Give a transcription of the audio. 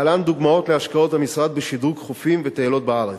להלן דוגמאות להשקעות של המשרד בשדרוג חופים וטיילות בארץ: